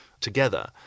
together